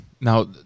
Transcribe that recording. Now